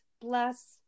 bless